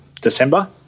December